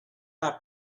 our